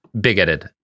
bigoted